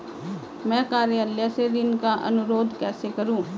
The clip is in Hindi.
मैं कार्यालय से ऋण का अनुरोध कैसे करूँ?